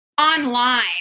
online